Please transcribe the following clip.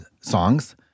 songs